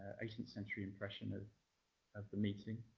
eighteenth century impression, of of the meeting.